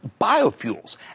biofuels